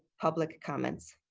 public comments,